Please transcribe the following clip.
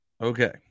Okay